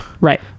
Right